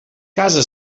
casa